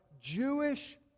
Jewish